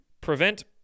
prevent